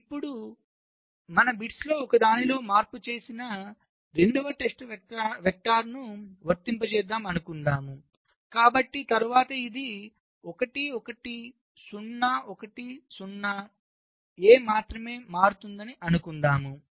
ఇప్పుడు మనం బిట్స్లో ఒకదానిలో మార్పు చేసిన రెండవ టెస్ట్ వెక్టర్ను వర్తింపజేద్దాం అనుకుందాం కాబట్టి తరువాత ఇది 1 1 0 1 0 A మాత్రమే మారుతుంది అని అనుకుందాం